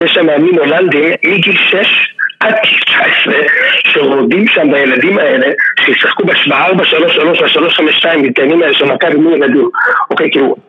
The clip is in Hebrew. יש שם מאמנים הולנדים מגיל 6 עד 19 שרודים שם בילדים האלה שישחקו ב 4-3-3 או 3-5-2 במתקנים האלה של מכבי מול הילדים, אוקיי, כאילו...